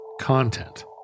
content